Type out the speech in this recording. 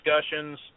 discussions